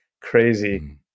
crazy